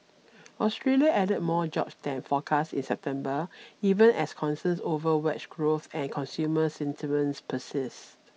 Australia added more jobs than forecast in September even as concerns over wage growth and consumer sentiments persist